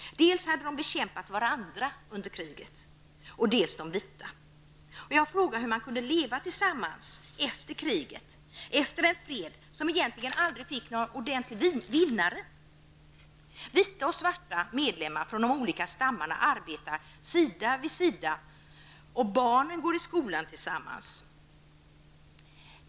De hade dels bekämpat varandra under kriget, dels de vita. Jag frågade hur man kunde leva tillsammans efter kriget och efter en fred som egentligen aldrig fick någon vinnare. Vita och svarta och medlemmar från de olika stammarna arbetar sida vid sida, och barnen går i skolan tillsammans.